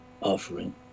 offering